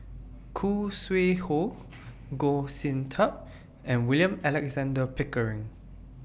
Khoo Sui Hoe Goh Sin Tub and William Alexander Pickering